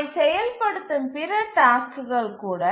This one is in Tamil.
அவை செயல்படுத்தும் பிற டாஸ்க்குகள் கூட